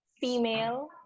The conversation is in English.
female